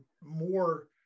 more